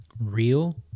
Real